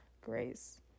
grace